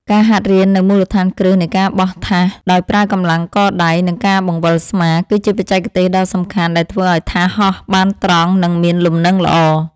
ការហាត់រៀននូវមូលដ្ឋានគ្រឹះនៃការបោះថាសដោយប្រើកម្លាំងកដៃ និងការបង្វិលស្មា គឺជាបច្ចេកទេសដ៏សំខាន់ដែលធ្វើឱ្យថាសហោះបានត្រង់ និងមានលំនឹងល្អ។